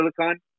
silicon